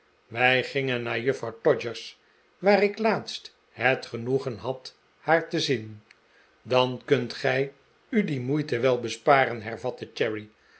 wij gingen naar juffrouw todgers waar ik laatst het genoegen had haar te zien dan kunt gij u die moeite wel besparen hervatte